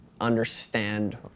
understand